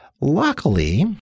Luckily